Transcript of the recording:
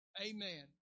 Amen